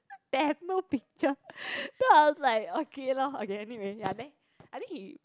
then no picture then I was like okay lor okay anyway ya then I think he